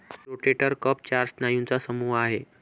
rotator cuff चार स्नायूंचा समूह आहे